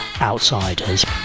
outsiders